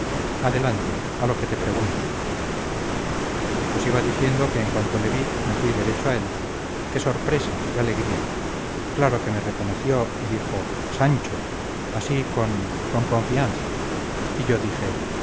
adelante a lo que te pregunto pues iba diciendo que en cuanto le vi me fui derecho a él qué sorpresa qué alegría claro que me reconoció y dijo sancho así con con confianza y yo dije